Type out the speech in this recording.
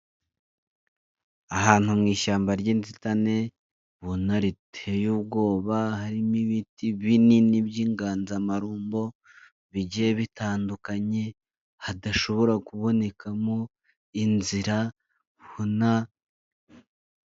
Ahantu mu ishyamba ry'inzitane, ubona riteye ubwoba harimo ibiti binini by'inganzamarumbo bigiye bitandukanye, hadashobora kubonekamo inzira, Ubona..